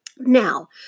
Now